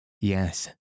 Yes